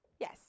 Yes